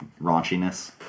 raunchiness